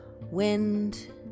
wind